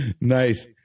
Nice